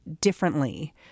differently